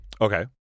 okay